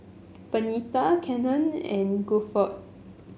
Benita Cannon and Guilford